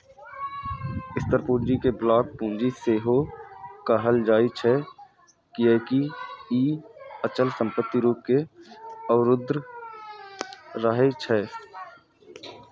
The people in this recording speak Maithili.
स्थिर पूंजी कें ब्लॉक पूंजी सेहो कहल जाइ छै, कियैकि ई अचल संपत्ति रूप मे अवरुद्ध रहै छै